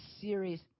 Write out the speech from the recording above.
series